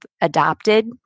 adopted